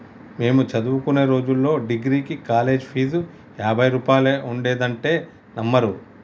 మేము చదువుకునే రోజుల్లో డిగ్రీకి కాలేజీ ఫీజు యాభై రూపాయలే ఉండేదంటే నమ్మరు